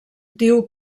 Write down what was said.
diu